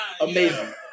Amazing